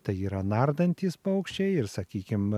tai yra nardantys paukščiai ir sakykim